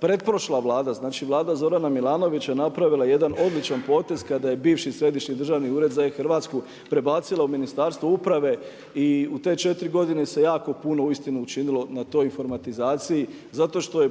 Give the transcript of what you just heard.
Pretprošla Vlada, znači Vlada Zorana Milanovića je napravila jedan odličan potez kada je bivši Središnji državni ured za e-Hrvatsku prebacila u Ministarstvo uprave i u te 4 godine se jako puno uistinu učinilo na toj informatizaciji. Zato što je